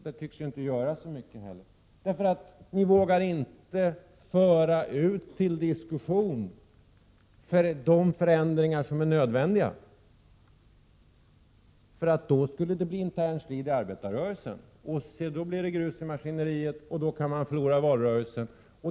Den tycks ju inte göra så mycket heller. Ni vågar inte föra ut till diskussion de förändringar som är nödvändiga, för i så fall skulle det bli intern strid i arbetarrörelsen. Och se, då blir det grus i maskineriet, och då kan ni förlora valet.